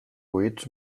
which